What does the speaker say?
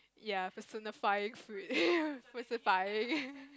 ya personal ~fying fruit person ~fying